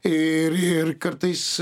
ir ir kartais